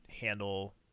handle